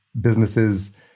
businesses